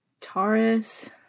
Taurus